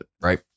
right